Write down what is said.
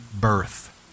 birth